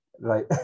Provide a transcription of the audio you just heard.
right